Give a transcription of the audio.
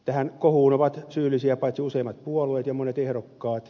tähän kohuun ovat syyllisiä useimmat puolueet ja monet ehdokkaat